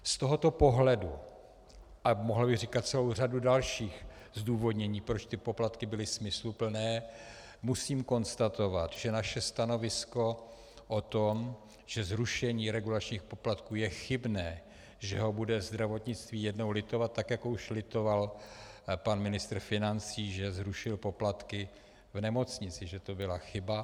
Z tohoto pohledu, a mohl bych říkat celou řadu dalších zdůvodnění, proč ty poplatky byly smysluplné, musím konstatovat, že naše stanovisko o tom, že zrušení regulačních poplatků je chybné, že ho bude zdravotnictví jednou litovat, tak jako už litoval pan ministr financí, že zrušil poplatky v nemocnicích, že to byla chyba.